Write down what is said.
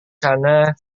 sana